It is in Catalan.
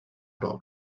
pobres